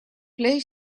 play